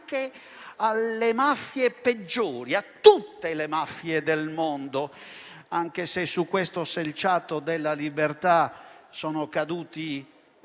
anche alle mafie peggiori, a tutte le mafie del mondo, anche se sul selciato della libertà sono caduti